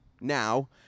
now